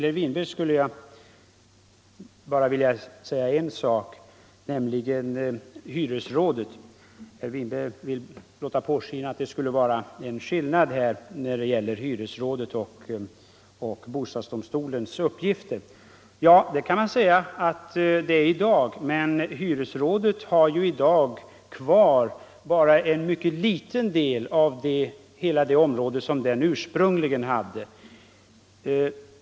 Fru talman! Herr Winberg ville låta påskina att det skulle vara en skillnad när det gäller hyresrådets och bostadsdomstolens uppgifter. Det kan man säga att det är i dag, men hyresrådet har ju nu kvar bara en mycket liten del av hela det område som det ursprungligen hade.